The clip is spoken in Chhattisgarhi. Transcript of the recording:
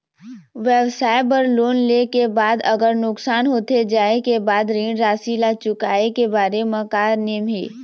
व्यवसाय बर लोन ले के बाद अगर नुकसान होथे जाय के बाद ऋण राशि ला चुकाए के बारे म का नेम हे?